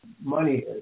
money